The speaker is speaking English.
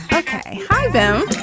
ok hi, ben.